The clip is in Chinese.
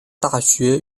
大学